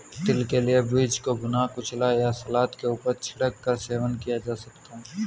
तिल के बीज को भुना, कुचला या सलाद के ऊपर छिड़क कर सेवन किया जा सकता है